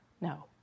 No